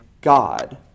God